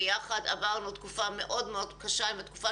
ביחד עברנו תקופה מאוד מאוד קשה עם התקופה